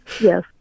Yes